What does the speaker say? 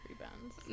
rebounds